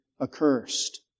accursed